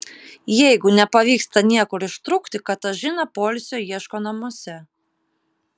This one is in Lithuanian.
jeigu nepavyksta niekur ištrūkti katažina poilsio ieško namuose